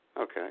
Okay